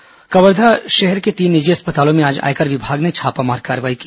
आयकर छापा कवर्धा शहर के तीन निजी अस्पतालों में आज आयकर विभाग ने छापामार कार्रवाई की